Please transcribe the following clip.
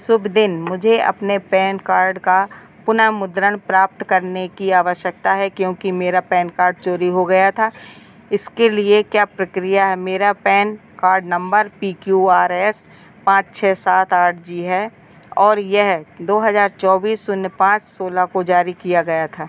शुभ दिन मुझे अपने पैन कार्ड का पुनर्मुद्रण प्राप्त करने की आवश्यकता है क्योंकि मेरा पैन कार्ड चोरी हो गया था इसके लिए क्या प्रक्रिया है मेरा PAN card number P Q R S पाँच छह सात आठ जी है और यह दो हज़ार चौबीस शून्य पाँच सोलह को जारी किया गया था